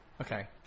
Okay